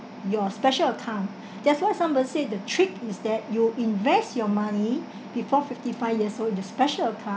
your special account that's why some will say the trick is that you invest your money before fifty five years old in the special account